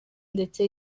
ndetse